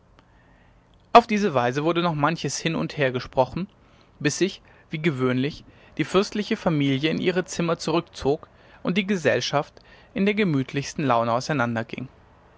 auf diese weise wurde noch manches hin und hergesprochen bis sich wie gewöhnlich die fürstliche familie in ihre zimmer zurückzog und die gesellschaft in der gemütlichsten laune